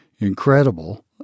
incredible